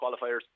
qualifiers